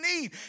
need